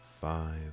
five